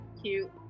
Cute